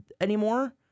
anymore